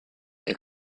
est